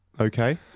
okay